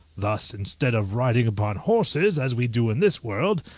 thus, instead of riding upon horses, as we do in this world,